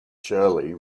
shirley